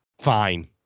Fine